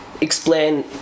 explain